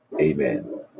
Amen